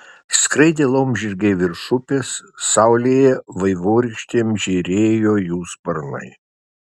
skraidė laumžirgiai virš upės saulėje vaivorykštėm žėrėjo jų sparnai